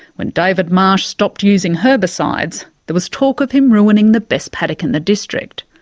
when david marsh stopped using herbicides, there was talk of him ruining the best paddock in the district.